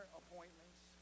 appointments